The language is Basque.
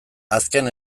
azken